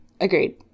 agreed